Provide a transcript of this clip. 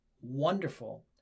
wonderful